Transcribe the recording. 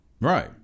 right